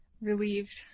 Relieved